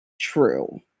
true